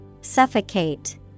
Suffocate